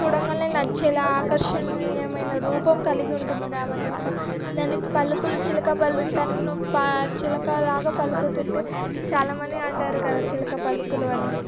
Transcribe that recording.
చూడగానే నచ్చేలా ఆకర్షణీయమైన రూపం కలిగి ఉంటుంది రామచిలక దాని పలుకులు చిలక పళ్ళు తనని ప చిలక లాగా పలుకుతుంటే చాలా మంది అంటారు కదా చిలక పలుకులు అని